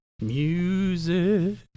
Music